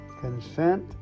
Consent